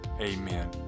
Amen